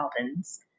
Albans